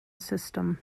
system